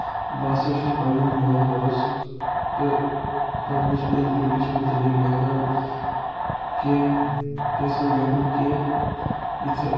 بہٕ ہَسا چھُس پنٛنِس ماحولَس تہٕ پنٛنِس أنٛدۍ پٔکِس مُتعلِق لیکھان کینٛہہ یَژھان لیکھُن کینٛہہ یِتھٕ